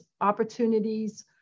opportunities